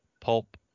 pulp